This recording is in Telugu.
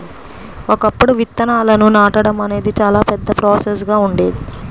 ఒకప్పుడు విత్తనాలను నాటడం అనేది చాలా పెద్ద ప్రాసెస్ గా ఉండేది